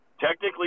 technically